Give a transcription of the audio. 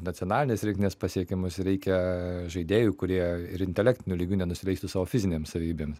nacionalinės rinktinės pasiekimus reikia žaidėjų kurie ir intelektiniu lygiu nenusileis savo fizinėms savybėms